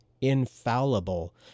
infallible